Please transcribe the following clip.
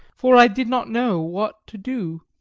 for i did not know what to do.